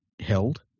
held